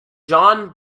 john